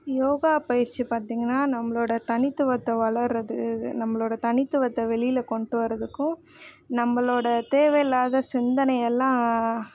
யோகா பயிற்சி பார்த்தீங்கன்னா நம்மளோடய தனித்துவத்தை வளர்கிறது நம்மளோடய தனித்துவத்தை வெளியில் கொண்டு வரதுக்கும் நம்மளோடய தேவையில்லாத சிந்தனை எல்லாம்